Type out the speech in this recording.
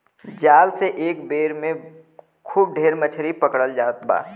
जाल से एक बेर में खूब ढेर मछरी पकड़ल जात बा